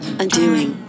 undoing